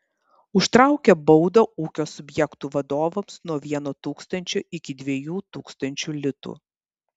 užtraukia baudą ūkio subjektų vadovams nuo vieno tūkstančio iki dviejų tūkstančių litų